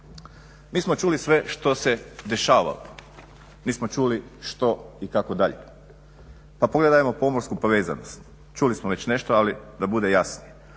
Mi smo čuli sve što se dešavalo, nismo čuli što i kako dalje. Pa pogledajmo pomorsku povezanost, čuli smo već nešto ali da bude jasnije.